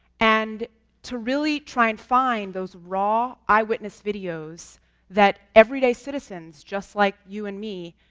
and to really try and find those raw eye-witness videos that everyday citizens, just like you and me,